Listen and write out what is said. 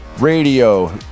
Radio